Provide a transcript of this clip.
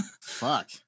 Fuck